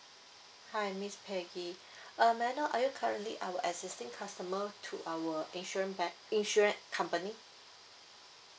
hi miss peggy uh may I know are you currently our existing customer to our insurance pack insurance company